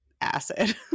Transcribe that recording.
acid